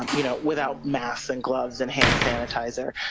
um you know without masks and gloves and hand sanitizer.